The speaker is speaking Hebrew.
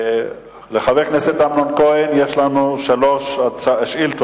לחבר הכנסת אמנון כהן יש שלוש שאילתות.